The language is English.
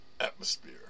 atmosphere